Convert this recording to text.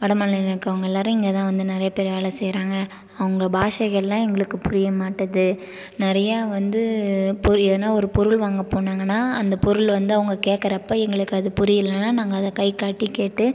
வடமாநிலம்ல இருக்கிறவங்க எல்லோரும் இங்கே தான் வந்து நிறைய பேர் வேலை செய்கிறாங்க அவங்க பாஷைகள்லாம் எங்களுக்கு புரிய மாட்டுது நிறைய வந்து எதுனா ஒரு பொருள் வாங்க போனாங்கன்னா அந்த பொருள் வந்து அவங்க கேட்கறப்ப எங்களுக்கு அது புரியலன்னா நாங்கள் கை காட்டி கேட்டு